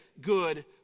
good